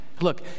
Look